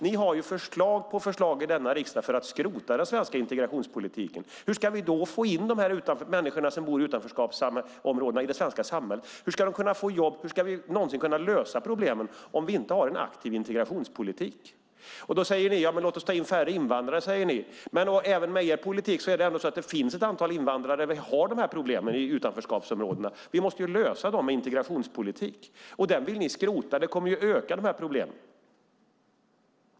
Ni har förslag på förslag i denna riksdag för att skrota den svenska integrationspolitiken. Hur ska vi då få in de människor som bor i utanförskapsområdena i det svenska samhället? Hur ska de kunna få jobb? Hur ska vi någonsin kunna lösa problemen om vi inte har en aktiv integrationspolitik? Då säger ni: Låt oss ta in färre invandrare! Men även med er politik skulle det finnas ett antal invandrare. Vi har de här problemen i utanförskapsområdena, och vi måste lösa dem med integrationspolitik. Den vill ni skrota, vilket kommer att förvärra problemen.